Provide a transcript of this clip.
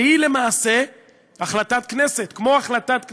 שהיא למעשה החלטת כנסת, כמו החלטת כנסת.